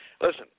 listen